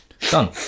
Done